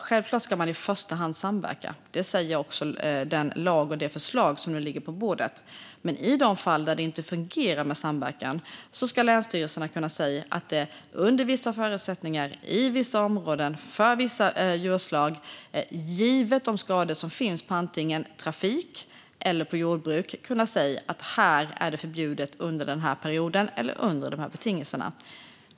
Självklart ska man i första hand samverka - det säger också den lag och det förslag som ligger på bordet - men i de fall där det inte fungerar med samverkan ska länsstyrelserna kunna säga att det under vissa förutsättningar och i vissa områden för vissa djurslag, givet de skador som finns på antingen trafik eller jordbruk, är det förbjudet under den här perioden eller under de här betingelserna.